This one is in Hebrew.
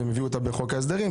והם הביאו אותה בחוק ההסדרים.